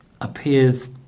appears